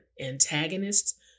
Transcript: Antagonists